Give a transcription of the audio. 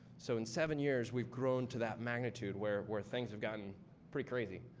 so, in seven years, we've grown to that magnitude where where things have gotten pretty crazy.